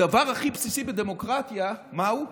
הדבר הכי בסיסי בדמוקרטיה, מהו?